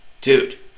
dude